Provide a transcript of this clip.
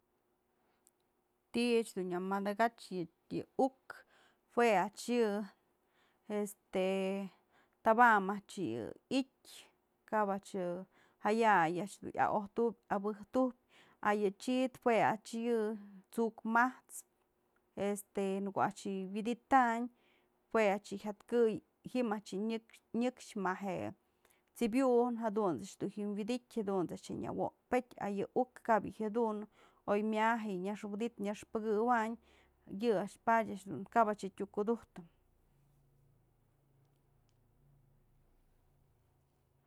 Ti'i a'ax dun nyë mëdakatyë yë uk jue a'ax yë este, taba'am a'ax yë i'ityë kap a'ax yë, jaya'ay a'ax dun ya'ojtujpyë yabëjtujë a yë chid jue a'ax yë t'suk mat'spë este, në ko'oa'ax yë wi'iditanyë jue a'ax yë jyatkëy ji'im a'ax yë nyëk- nyëkxë ma je'e t'sëbyujën jadun a'ax dun wi'idityë jadunt's a'ax je nyëwop petyë a yë uk kap yë jyadunë oymyajë nyax wi'idityë nyax pëkëwanyë yë a'ax padyë a'ax dun kap a'ax yë tyukudujtë.